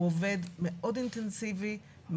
הוא עובד מאוד אינטנסיבי,